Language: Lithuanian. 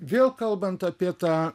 vėl kalbant apie tą